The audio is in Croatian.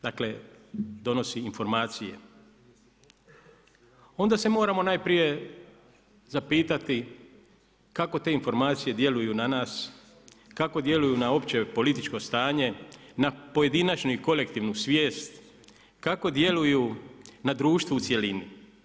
Dakle, donosi informacije, onda se moramo najprije zapitati, kako te informacije djeluju na nas, kako djeluju na opće, političko stanje, na pojedinačnu i kolektivnu svijest, kako djeluju na društvo u cjelini?